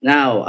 Now